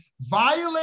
violate